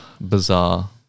bizarre